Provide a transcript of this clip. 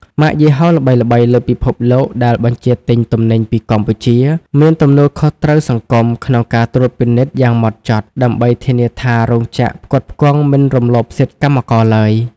ម៉ាកយីហោល្បីៗលើពិភពលោកដែលបញ្ជាទិញទំនិញពីកម្ពុជា មានទំនួលខុសត្រូវសង្គមក្នុងការត្រួតពិនិត្យយ៉ាងហ្មត់ចត់ ដើម្បីធានាថារោងចក្រផ្គត់ផ្គង់មិនរំលោភសិទ្ធិកម្មករឡើយ។